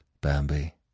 Bambi